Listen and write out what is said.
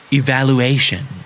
evaluation